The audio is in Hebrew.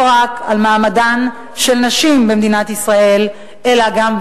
רק על מעמדן של נשים במדינת ישראל אלא גם,